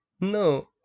No